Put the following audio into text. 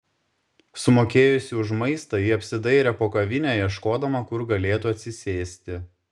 sumokėjusi už maistą ji apsidairė po kavinę ieškodama kur galėtų atsisėsti